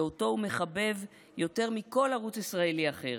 שאותו הוא מחבב יותר מכל ערוץ ישראלי אחר